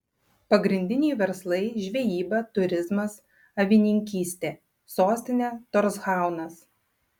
pagrindiniai verslai žvejyba turizmas avininkystė sostinė torshaunas